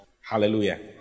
Hallelujah